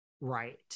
Right